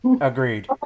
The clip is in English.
Agreed